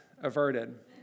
averted